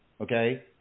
Okay